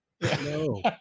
no